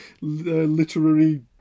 literary